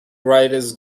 writers